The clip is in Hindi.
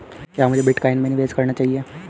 क्या मुझे बिटकॉइन में निवेश करना चाहिए?